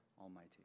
Almighty